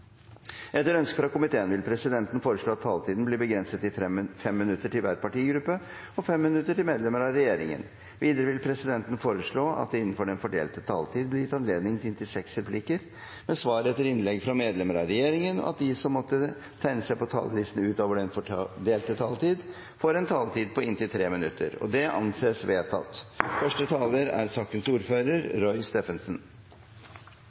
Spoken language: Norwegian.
Etter ønske fra finanskomiteen vil presidenten foreslå at taletiden blir begrenset til 5 minutter til hver partigruppe og 5 minutter til medlemmer av regjeringen. Videre vil presidenten foreslå at det blir gitt anledning til inntil seks replikker med svar etter innlegg fra medlemmer av regjeringen innenfor den fordelte taletid, og at de som måtte tegne seg på talerlisten utover den fordelte taletid, får en taletid på inntil 3 minutter. – Det anses vedtatt. Første taler er Roy Steffensen, for sakens